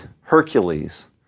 Hercules